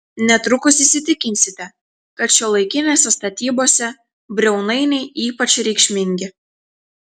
netrukus įsitikinsite kad šiuolaikinėse statybose briaunainiai ypač reikšmingi